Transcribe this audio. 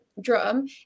drum